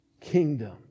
kingdom